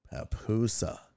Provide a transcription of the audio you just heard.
Papusa